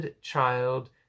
child